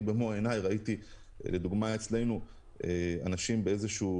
אני במו עיניי ראיתי אנשים באיזשהו